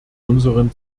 unseren